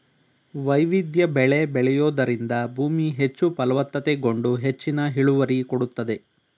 ವೈವಿಧ್ಯ ಬೆಳೆ ಬೆಳೆಯೂದರಿಂದ ಭೂಮಿ ಹೆಚ್ಚು ಫಲವತ್ತತೆಗೊಂಡು ಹೆಚ್ಚಿನ ಇಳುವರಿ ಕೊಡುತ್ತದೆ